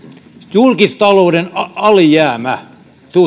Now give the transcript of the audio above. julkistalouden alijäämä suhteessa